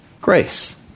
grace